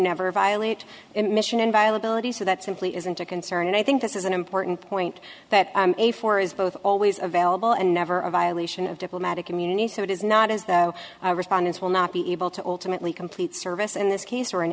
never violate emission inviolability so that simply isn't a concern and i think this is an important point that a four is both always available and never a violation of diplomatic immunity so it is not as though respondents will not be able to alternately complete service in this case or